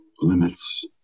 limits